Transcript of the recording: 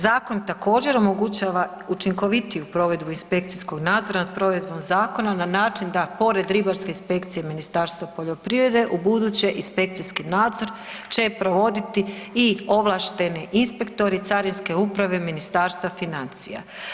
Zakon također omogućava učinkovitiju provedbu inspekcijskog nadzora nad provedbom zakona na način da pored ribarske inspekcije Ministarstva poljoprivrede ubuduće inspekciji nadzor će provoditi i ovlašteni inspektori Carinske uprave Ministarstva financija.